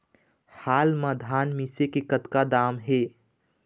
हाल मा धान मिसे के कतका दाम हे?